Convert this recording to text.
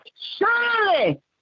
Surely